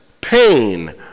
pain